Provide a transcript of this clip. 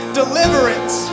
deliverance